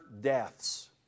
deaths